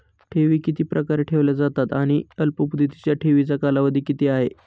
ठेवी किती प्रकारे ठेवल्या जातात आणि अल्पमुदतीच्या ठेवीचा कालावधी किती आहे?